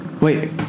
wait